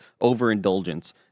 overindulgence